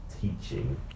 teaching